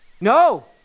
no